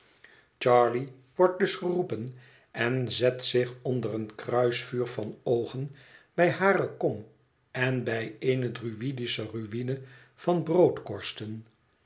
charley wordt dus geroepen en zet zich onder een kruisvuur van oogen bij hare kom en bij eene druïdische ruïne van broodkorsten